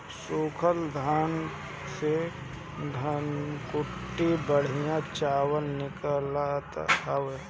सूखल धान से धनकुट्टी बढ़िया चावल निकालत हवे